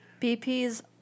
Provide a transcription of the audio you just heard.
BP's